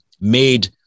made